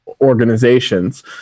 organizations